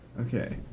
Okay